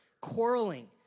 quarreling